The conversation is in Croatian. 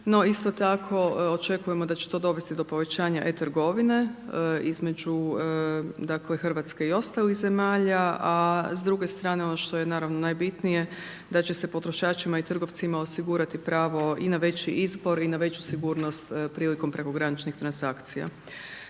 isto tako očekujemo da će to dovesti do povećanja e-trgovine između, dakle, Hrvatske i ostalih zemalja, a s druge strane ono što je naravno najbitnije, da će se potrošačima i trgovcima osigurati pravo i na veći izbor, i na veću sigurnost prilikom prekograničnih transakcija.